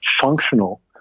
functional